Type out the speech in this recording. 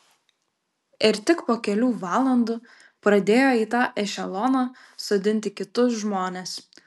ir tik po kelių valandų pradėjo į tą ešeloną sodinti kitus žmones